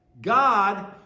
God